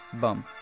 Bum